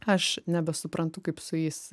aš nebesuprantu kaip su jais